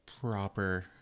proper